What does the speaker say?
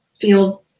feel